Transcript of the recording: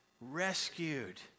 rescued